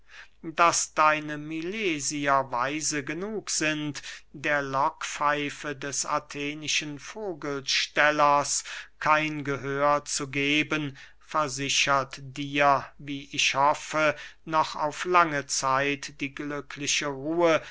daß deine milesier weise genug sind der lockpfeife des athenischen vogelstellers kein gehör zu geben versichert dir wie ich hoffe noch auf lange zeit die glückliche ruhe